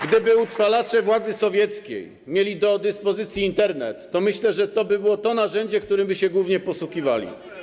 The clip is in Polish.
Gdyby utrwalacze władzy sowieckiej mieli do dyspozycji Internet, to myślę, że toby było to narzędzie, którym by się głównie posługiwali.